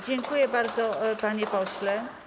Dziękuję bardzo, panie pośle.